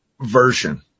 version